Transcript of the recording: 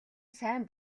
сайн